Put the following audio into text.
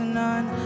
none